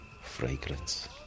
fragrance